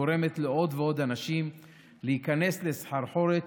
הדבר גורם לעוד ועוד אנשים להיכנס לסחרחורת